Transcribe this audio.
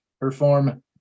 perform